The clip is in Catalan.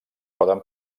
poden